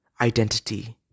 identity